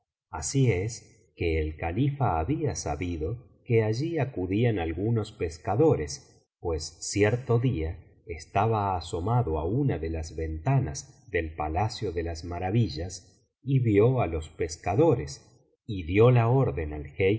así es que el califa había sabido que allí acudían algunos pescadores pues cierto día estaba asomado á una de las ventanas del palacio de las maravillas y vio á los pescadores y dio orden al